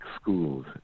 schools